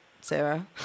Sarah